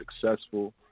successful